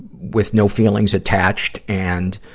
with no feelings attached. and,